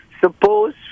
Suppose